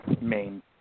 main